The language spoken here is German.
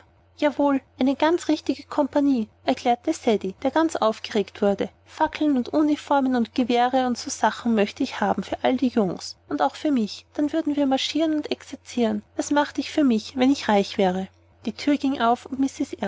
jawohl eine ganz richtige compagnie erklärte ceddie der ganz aufgeregt wurde fackeln und uniformen und gewehre und so sachen möchte ich haben für all die jungens und auch für mich dann würden wir marschieren und ex'zieren das macht ich für mich wenn ich reich wäre die thür ging auf und mrs